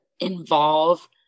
involve